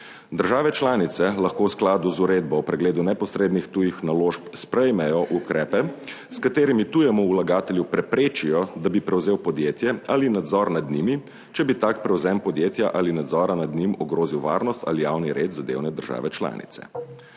Države članice lahko v skladu z uredbo o pregledu neposrednih tujih naložb sprejmejo ukrepe, s katerimi tujemu vlagatelju preprečijo, da bi prevzel podjetje ali nadzor nad njimi, če bi tak prevzem podjetja ali nadzora nad njim ogrozil varnost ali javni red zadevne države članic.